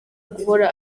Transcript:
guhora